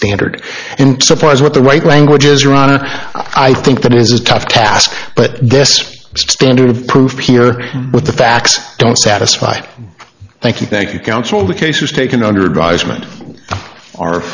standard in so far as what the right language is i think that is a tough task but this standard of proof with the facts don't satisfy thank you thank you counsel the case was taken under advisement are